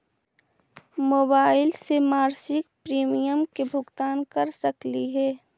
Mobile से मासिक premium के भुगतान कर सकली हे?